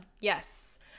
Yes